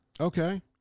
Okay